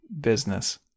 business